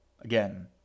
Again